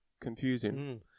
confusing